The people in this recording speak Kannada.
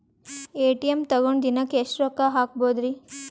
ಎ.ಟಿ.ಎಂ ತಗೊಂಡ್ ದಿನಕ್ಕೆ ಎಷ್ಟ್ ರೊಕ್ಕ ಹಾಕ್ಬೊದ್ರಿ?